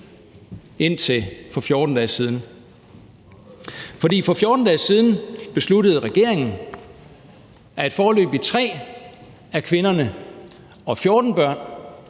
indtil for 14 dage siden. For for 14 dage siden besluttede regeringen, at foreløbig tre af kvinderne og 14 børn